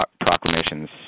proclamations